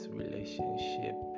relationship